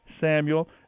Samuel